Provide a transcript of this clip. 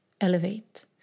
elevate